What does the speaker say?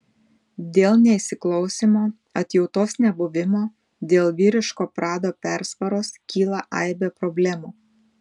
dėl neįsiklausymo atjautos nebuvimo dėl vyriško prado persvaros kyla aibė problemų